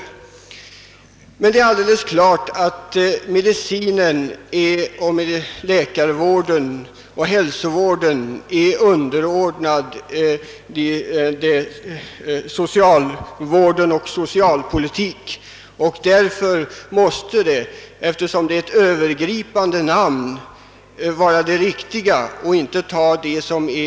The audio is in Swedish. Lika klart är emellertid att medicinen, läkarvården och hälsovården är underordnade socialvården och socialpolitiken, och detta väger enligt min mening mycket tyngre än att ett verk är störst och äldst.